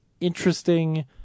interesting